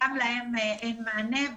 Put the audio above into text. גם להם אין מענה.